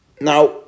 Now